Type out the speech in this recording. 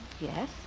Yes